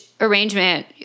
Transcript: arrangement